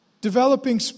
Developing